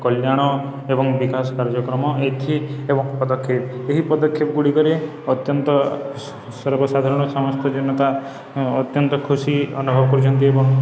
କଲ୍ୟାଣ ଏବଂ ବିକାଶ କାର୍ଯ୍ୟକ୍ରମ ଏଥି ଏବଂ ପଦକ୍ଷେପ ଏହି ପଦକ୍ଷେପ ଗୁଡ଼ିକରେ ଅତ୍ୟନ୍ତ ସର୍ବସାଧାରଣ ସମସ୍ତ ଜନତା ଅତ୍ୟନ୍ତ ଖୁସି ଅନୁଭବ କରୁଛନ୍ତି ଏବଂ